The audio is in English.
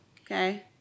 Okay